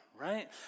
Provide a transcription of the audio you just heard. right